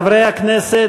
חברי הכנסת,